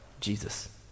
Jesus